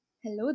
Hello